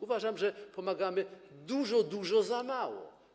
Uważam, że pomagamy dużo, dużo za mało.